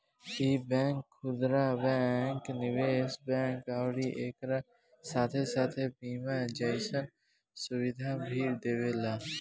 इ बैंक खुदरा बैंक, निवेश बैंक अउरी एकरा साथे साथे बीमा जइसन सुविधा भी देवेला